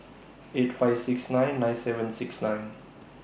eight five six nine nine seven six nine